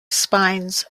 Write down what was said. spines